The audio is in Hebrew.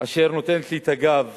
אשר נותנת לי את הגב